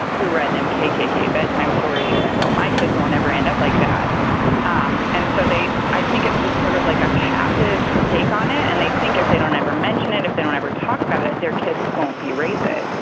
who read them kkk bedtime stories. and so my kids won't ever end up like that um and so they i think, it's just sort of, like, a passive take on it. and they think if they don't ever mention it, if they don't ever talk about it, their kids won't be racist.